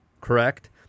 correct